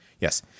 Yes